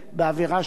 מעבר לכך,